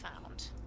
found